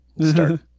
start